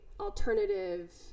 alternative